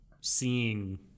seeing